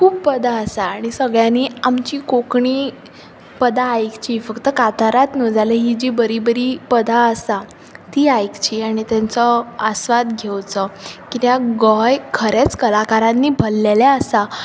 खूब पदां आसात आनी सगळ्यांनीं आमचीं कोंकणी पदां आयकचीं फक्त कांतारांच न्हू जाल्यार हीं जीं बरीं बरीं पदां आसात तीं आयकचीं आनी तांचो आस्वाद घेवचो कित्याक गोंय खरेंच कलाकारांनी भरलेलें आसा